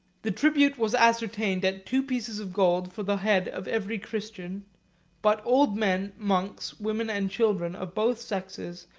the tribute was ascertained at two pieces of gold for the head of every christian but old men, monks, women, and children, of both sexes,